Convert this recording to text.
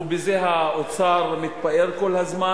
ובזה האוצר מתפאר כל הזמן.